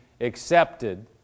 accepted